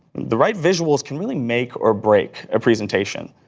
the right visuals can really make or break a presentation.